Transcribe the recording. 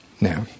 Now